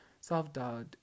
Self-doubt